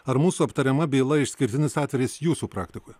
ar mūsų aptariama byla išskirtinis atvejis jūsų praktikoj